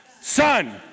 Son